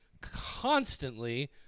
constantly